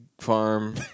farm